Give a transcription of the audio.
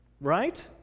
Right